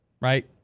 right